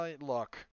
Look